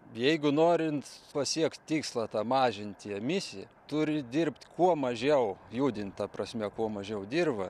jeigu norint pasiekt tikslą tą mažinti emisiją turi dirbt kuo mažiau judint ta prasme kuo mažiau dirvą